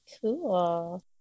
Cool